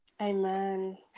Amen